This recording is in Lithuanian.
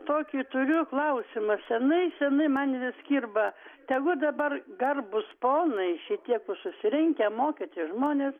tokį turiu klausimą senai senai man vis kirba tegu dabar garbūs ponai šitie ku susirinkę mokyti žmonės